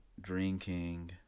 drinking